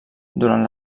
durant